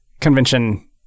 convention